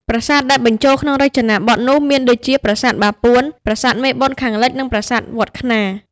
ប្រាសាទដែលបញ្ចូលក្នុងរចនាបថនោះ មានដូចជា ប្រាសាទបាពួន ប្រាសាទមេបុណ្យខាងលិច និងប្រាសាទវត្ដខ្នារ ។